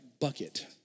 bucket